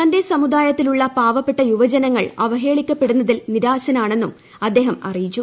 തന്റെ സമുദായത്തിലുളള പാവപ്പെട്ട യുവജനങ്ങൾ അവഹേളിക്കപ്പെടുന്നതിൽ നിരാശനാണെന്നും അദ്ദേഹം അറിയിച്ചു